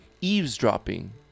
eavesdropping